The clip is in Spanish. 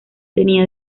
tenía